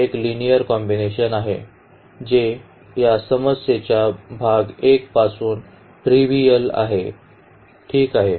तर हे आणि चे एक लिनिअर कॉम्बिनेशन आहे जे या समस्येच्या भाग 1 पासून ट्रिव्हिअल आहे ठीक आहे